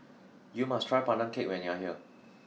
you must try Pandan Cake when you are here